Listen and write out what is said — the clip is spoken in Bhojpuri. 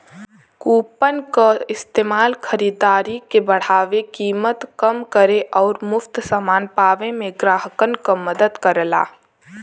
कूपन क इस्तेमाल खरीदारी के बढ़ावे, कीमत कम करे आउर मुफ्त समान पावे में ग्राहकन क मदद करला